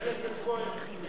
חבר הכנסת כהן,